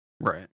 right